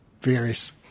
various